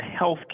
healthcare